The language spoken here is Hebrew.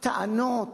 טענות